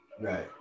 Right